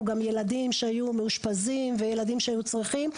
גם ילדים שהיו מאושפזים וילדים שהיו צריכים.